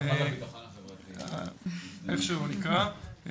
איך שהוא נקרא.